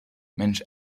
mensch